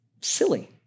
silly